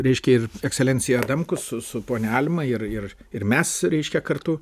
reiškia ir ekscelencija adamkus su su ponia alma ir ir ir mes reiškia kartu